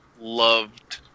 loved